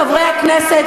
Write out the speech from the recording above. חברי הכנסת,